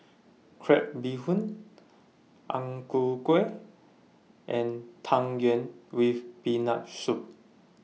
Crab Bee Hoon Ang Ku Kueh and Tang Yuen with Peanut Soup